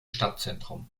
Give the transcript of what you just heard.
stadtzentrum